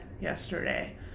yesterday